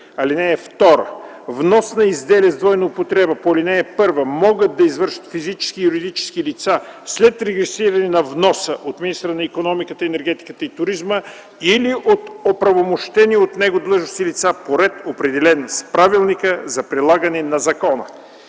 (2) Внос на изделия с двойна употреба по ал. 1 могат да извършват физически и юридически лица след регистриране на вноса от министъра на икономиката, енергетиката и туризма или от оправомощени от него длъжностни лица по ред, определен с Правилника за прилагане на закона.”